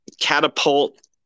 catapult